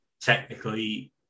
technically